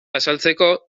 azaltzeko